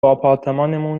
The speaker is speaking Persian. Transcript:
آپارتمانمون